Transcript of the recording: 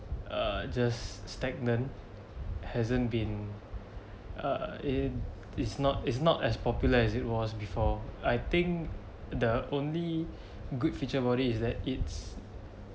err just stagnant hasn't been err in it's not is not as popular as it was before I think the only good feature about it is that it's